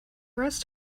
rest